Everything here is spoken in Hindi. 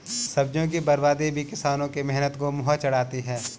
सब्जियों की बर्बादी भी किसानों के मेहनत को मुँह चिढ़ाती है